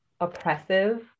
oppressive